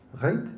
right